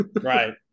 Right